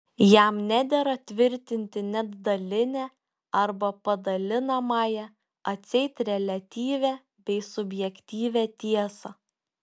jam nedera tvirtinti net dalinę arba padalinamąją atseit reliatyvią bei subjektyvią tiesą